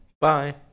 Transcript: Bye